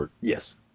Yes